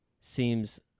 seems